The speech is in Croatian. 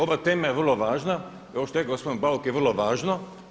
Ova tema je vrlo važna kao što je rekao gospodin Bauk je vrlo važno.